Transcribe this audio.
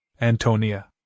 Antonia